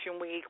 week